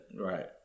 right